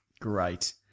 Great